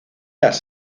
las